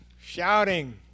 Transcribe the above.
Shouting